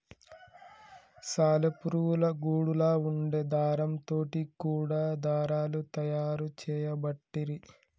సాలె పురుగుల గూడులా వుండే దారం తోటి కూడా దారాలు తయారు చేయబట్టిరి